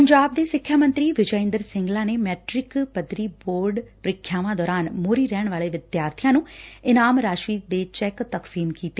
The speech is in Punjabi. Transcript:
ਪੰਜਾਬ ਦੇ ਸਿੱਖਿਆ ਮੰਤਰੀ ਵਿਜੈਇੰਦਰ ਸਿੰਗਲਾ ਨੇ ਮੈਟ੍ਕਿ ਪੱਧਰੀ ਬੋਰਡ ਪ੍ੀਖਿਆਵਾਂ ਦੌਰਾਨ ਮੋਹਰੀ ਰਹਿਣ ਵਾਲੇ ਵਿਦਿਆਰਬੀਆਂ ਨੂੰ ਇਨਾਮੀ ਰਾਸ਼ੀ ਦੇ ਚੈੱਕ ਤਕਸੀਮ ਕੀਤੇ